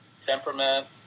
temperament